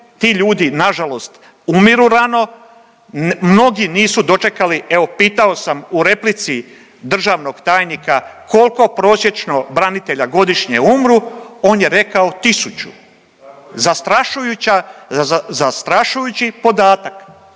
ti ljudi nažalost umiru rano, mnogi nisu dočekali, evo pitao sam u replici državnog tajnika, kolko prosječno branitelja godišnje umru, on je rekao tisuću…/Upadica iz klupe: Tako